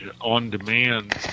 on-demand